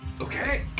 Okay